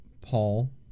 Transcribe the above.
Paul